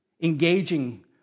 engaging